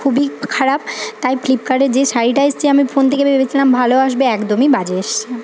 খুবই খারাপ তাই ফ্লিপকার্টে যে শাড়িটা এসছে আমি ফোন থেকে ভেবেছিলাম ভালো আসবে একদমই বাজে এসছে